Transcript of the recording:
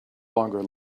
longer